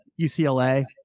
UCLA